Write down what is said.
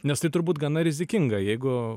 nes tai turbūt gana rizikinga jeigu